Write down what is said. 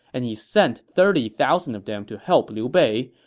and he sent thirty thousand of them to help liu bei.